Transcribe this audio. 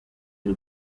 y’u